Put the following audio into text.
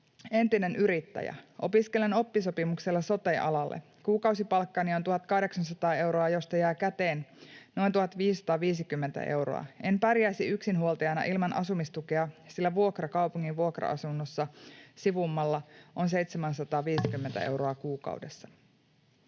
entinen yrittäjä. Opiskelen oppisopimuksella sote-alalle. Kuukausipalkkani on 1 800 euroa, josta jää käteen noin 1 550 euroa. En pärjäisi yksinhuoltajana ilman asumistukea, sillä vuokra kaupungin vuokra-asunnossa sivummalla on 750 euroa kuukaudessa.”